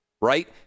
right